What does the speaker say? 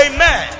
Amen